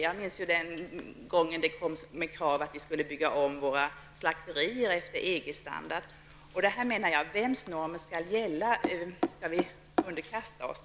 Jag minns då det restes krav på att vi skulle bygga om våra slakterier efter EGs standard. Vems normer skall vi underkasta oss?